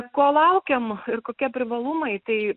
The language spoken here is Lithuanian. ko laukiam ir kokie privalumai tai